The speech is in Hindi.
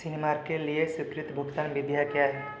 सिनेमार्क के लिए स्वीकृत भुगतान विधियाँ क्या हैं